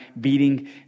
beating